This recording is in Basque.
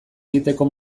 egiteko